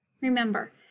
Remember